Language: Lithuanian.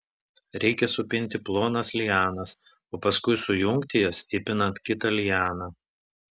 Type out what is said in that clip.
reikia supinti plonas lianas o paskui sujungti jas įpinant kitą lianą